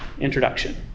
Introduction